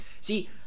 see